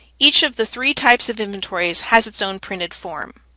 each of the three types of inventories has its own printed form.